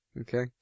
Okay